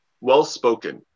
well-spoken